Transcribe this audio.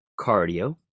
cardio